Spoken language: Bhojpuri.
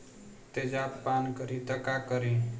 तेजाब पान करी त का करी?